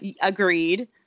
Agreed